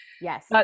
Yes